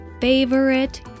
favorite